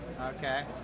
Okay